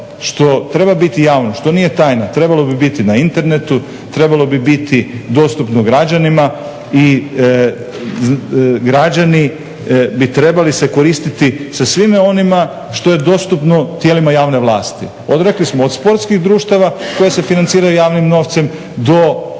što treba biti javno, što nije tajna trebalo bi biti na internetu, trebalo bi biti dostupno građanima i građani bi trebali se koristiti sa svime onime što je dostupno tijelima javne vlasti. Rekli smo od sportskih društava koja se financiraju javnim novcem do